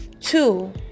Two